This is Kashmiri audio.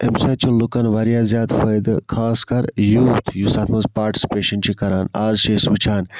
امہ سۭتۍ چھِ لُکَن واریاہ زیادٕ فٲیدٕ خاص کر یوٗتھ یُس اتھ مَنٛز پاٹسِپیشَن چھِ کَران آز چھِ أسۍ وٕچھان